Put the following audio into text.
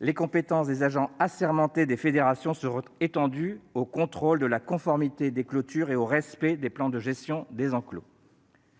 les compétences des agents assermentés des fédérations seront étendues au contrôle de la conformité des clôtures et au respect des plans de gestion des enclos.